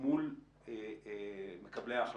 מול מקבלי החלטות,